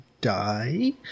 die